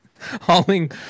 hauling